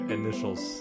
initials